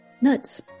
nuts